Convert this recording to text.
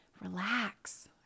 relax